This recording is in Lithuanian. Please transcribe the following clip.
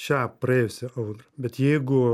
šią praėjusią audrą bet jeigu